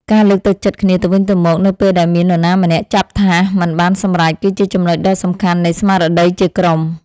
ការលើកទឹកចិត្តគ្នាទៅវិញទៅមកនៅពេលដែលមាននរណាម្នាក់ចាប់ថាសមិនបានសម្រេច គឺជាចំណុចដ៏សំខាន់នៃស្មារតីជាក្រុម។